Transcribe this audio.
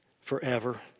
forever